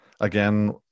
again